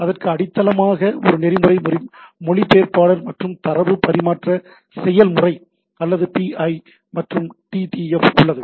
அதற்கு அடித்தளமாக ஒரு நெறிமுறை மொழிபெயர்ப்பாளர் மற்றும் தரவு பரிமாற்ற செயல்முறை அல்லது PI மற்றும் TTF உள்ளது